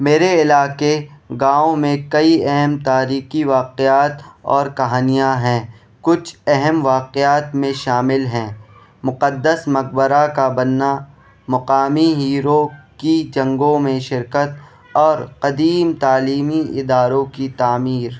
میرے علاقے گاؤں میں كئی اہم تاریخی واقعات اور کہانیاں ہیں کچھ اہم واقعات میں شامل ہیں مقدس مقبرہ کا بننا مقامی ہیرو کی جنگوں میں شرکت اور قدیم تعلیمی اداروں کی تعمیر